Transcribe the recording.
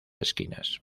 esquinas